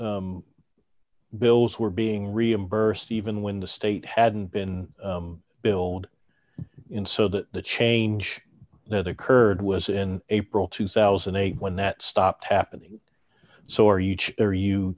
that bills were being reimbursed even when the state hadn't been billed in so that the change that occurred was in april two thousand and eight when that stopped happening so are you are you